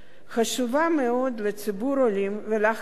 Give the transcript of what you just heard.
חשובה מאוד לציבור העולים, ולכן